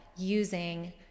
using